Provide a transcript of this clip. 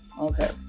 Okay